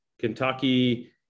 Kentucky